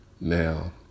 Now